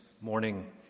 morning